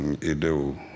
ideu